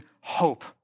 hope